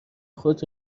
خود